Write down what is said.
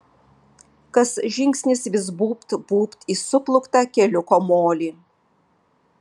kas žingsnis vis būbt būbt į suplūktą keliuko molį